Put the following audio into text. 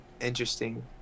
interesting